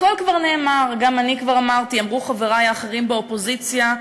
הכול כבר נאמר, אמרו חברי האחרים באופוזיציה.